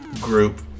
group